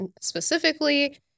specifically